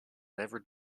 never